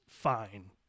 fine